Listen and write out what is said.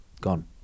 Gone